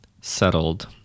settled